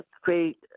create